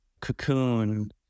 cocoon